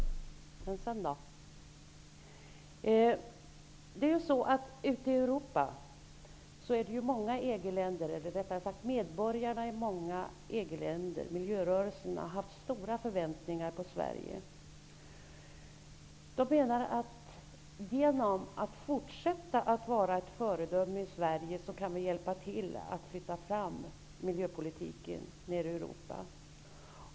Men sedan då? Ute i Europa har medborgarna i många EG-länder och miljörörelserna haft stora förväntningar på Sverige. De menar att Sverige, genom att fortsätta att vara ett föredöme, kan hjälpa till att flytta fram miljöpolitiken nere i Europa.